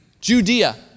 Judea